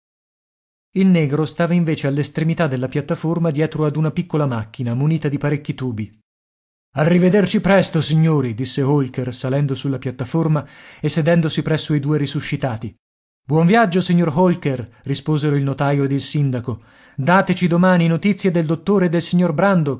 il negro stava invece all'estremità della piattaforma dietro ad una piccola macchina munita di parecchi tubi arrivederci presto signori disse holker salendo sulla piattaforma e sedendosi presso i due risuscitati buon viaggio signor holker risposero il notaio ed il sindaco dateci domani notizie del dottore e del signor brandok